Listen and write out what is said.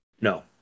No